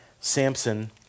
Samson